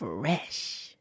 Fresh